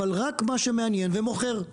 אבל רק מה שמעניין ומוכר.